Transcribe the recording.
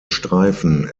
streifen